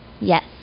Yes